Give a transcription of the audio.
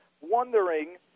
wondering